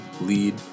lead